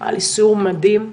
היה לי סיור מדהים.